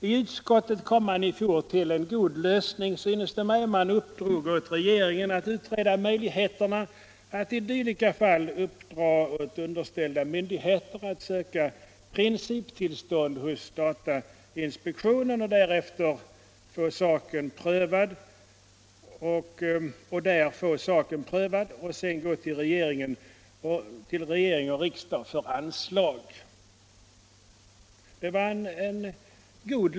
I utskottet kom man i fjol till en god lösning, synes det mig. Man uppdrog åt regeringen att utreda möjligheterna att i dylika fall låta underställda myndigheter söka principtillstånd hos datainspektionen och där få saken prövad och sedan gå till regering och riksdag för anslag.